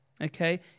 Okay